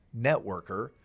networker